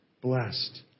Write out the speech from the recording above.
Blessed